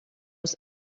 was